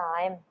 time